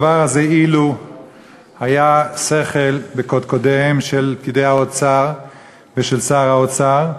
אילו היה שכל בקודקודיהם של פקידי האוצר ושל שר האוצר,